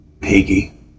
Piggy